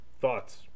Thoughts